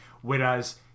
Whereas